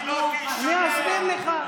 אני אסביר לך.